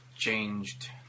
changed